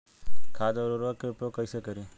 खाद व उर्वरक के उपयोग कइसे करी?